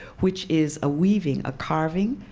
which is a weaving, a carving,